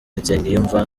nsengiyumva